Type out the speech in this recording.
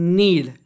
need